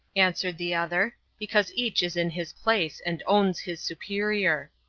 answered the other, because each is in his place and owns his superior.